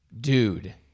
Dude